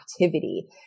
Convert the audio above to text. activity